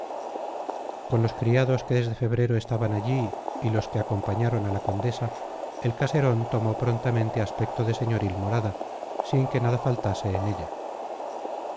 con los criados que desde febrero estaban allí y los que acompañaron a la condesa el caserón tomó prontamente aspecto de señoril morada sin que nada faltase en ella